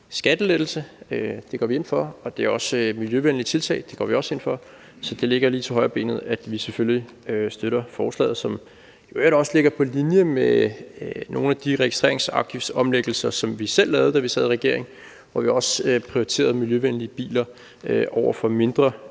skattelettelse, det går vi ind for, og det er også miljøvenlige tiltag, det går vi også ind for, så det ligger lige til højrebenet, at vi selvfølgelig støtter forslaget, som i øvrigt også ligger på linje med nogle af de registreringsafgiftsomlægninger, som vi selv lavede, da vi sad i regering, hvor vi også prioriterede miljøvenlige biler over mindre